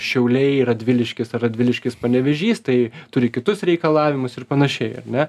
šiauliai radviliškis radviliškis panevėžys tai turi kitus reikalavimus ir panašiai ar ne